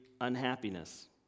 unhappiness